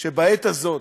שבעת הזאת,